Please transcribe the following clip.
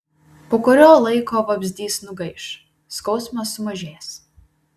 po kurio laiko vabzdys nugaiš skausmas sumažės